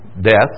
death